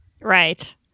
Right